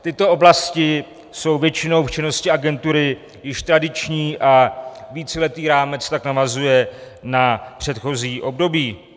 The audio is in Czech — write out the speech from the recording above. Tyto oblasti jsou většinou v činnosti agentury již tradiční a víceletý rámec tak navazuje na předchozí období.